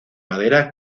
madera